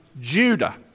Judah